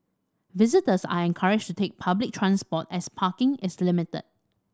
visitors are encouraged to take public transport as parking is limited